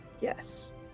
Yes